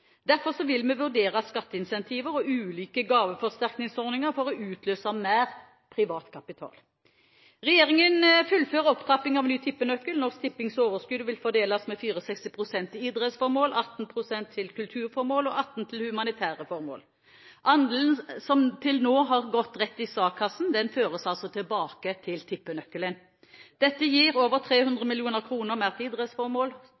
Derfor vil vi vurdere skatteincentiver og ulike gaveforsterkningsordninger for å utløse mer privat kapital. Regjeringen fullfører opptrappingen av ny tippenøkkel. Norsk Tippings overskudd vil fordeles med 64 pst. til idrettsformål, 18 pst. til kulturformål og 18 pst. til humanitære formål. Andelen som til nå har gått rett i statskassen, føres altså tilbake til tippenøkkelen. Dette gir over 300 mill. kr mer til idrettsformål,